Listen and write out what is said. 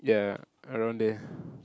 ya around there